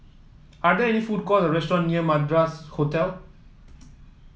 are there any food court restaurants near Madras Hotel